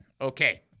Okay